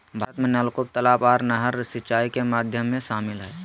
भारत में नलकूप, तलाब आर नहर सिंचाई के माध्यम में शामिल हय